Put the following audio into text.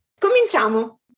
Cominciamo